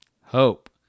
Hope